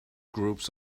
groups